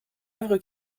œuvre